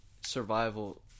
survival